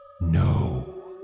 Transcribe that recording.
No